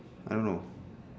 I don't know